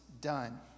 done